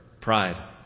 pride